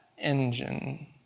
engine